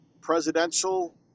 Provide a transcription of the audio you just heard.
presidential